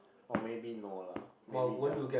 or maybe no lah maybe just